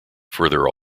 further